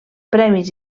premis